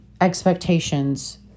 expectations